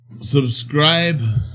Subscribe